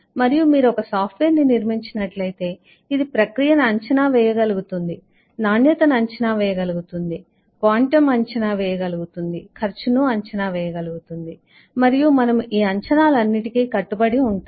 మరియు మీరు ఒక సాఫ్ట్వేర్ను నిర్మించినట్లయితే ఇది ప్రక్రియను అంచనా వేయ గలుగుతుంది నాణ్యతను అంచనా వేయ గలుగుతుంది క్వాంటం అంచనా వేయ గలుగుతుంది ఖర్చును అంచనా వేయ గలుగుతుంది మరియు మనము ఈ అంచనాలు అన్నింటికీ కట్టుబడి ఉంటాము